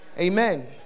Amen